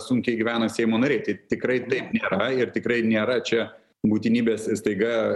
sunkiai gyvena seimo nariai tai tikrai taip nėra ir tikrai nėra čia būtinybės staiga